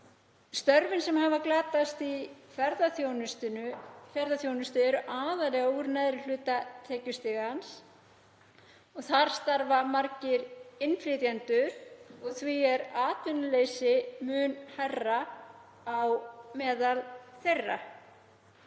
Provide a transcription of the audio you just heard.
Störfin sem hafa glatast í ferðaþjónustu eru aðallega úr neðri hluta tekjustigans og þar starfa margir innflytjendur og því er atvinnuleysi mun hærra á meðal þeirra.